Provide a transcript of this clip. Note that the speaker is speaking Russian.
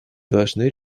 должны